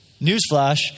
Newsflash